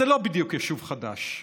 זה לא בדיוק יישוב חדש.